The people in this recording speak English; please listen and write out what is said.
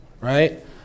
right